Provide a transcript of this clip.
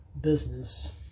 business